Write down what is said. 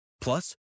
Plus